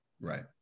Right